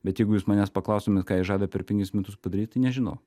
bet jeigu jūs manęs paklaustumėt ką jis žada per penkis metus padaryt tai nežinau